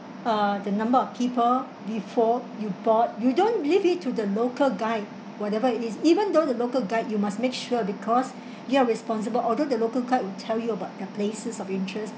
uh the number of people before you board you don't leave it to the local guide whatever it is even though the local guide you must make sure because you're responsible although the local guide will tell you about their places of interest